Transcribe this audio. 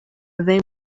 they